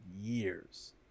years